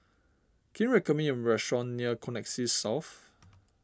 can you recommend me a restaurant near Connexis South